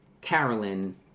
Carolyn